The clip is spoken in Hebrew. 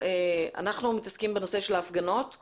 אנחנו מתעסקים בנושא של ההפגנות.